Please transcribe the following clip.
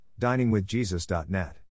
diningwithjesus.net